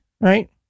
right